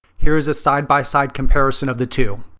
here is a side by side comparison of the two.